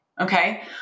Okay